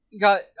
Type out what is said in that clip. got